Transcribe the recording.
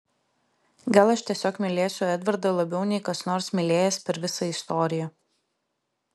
gal aš tiesiog mylėsiu edvardą labiau nei kas nors mylėjęs per visą istoriją